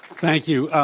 thank you.